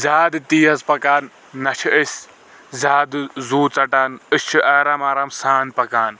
زیادٕ تیز پکان نہ چھِ أسۍ زیادٕ زو ژٹان أسۍ چھِ آرام آرام سان پکان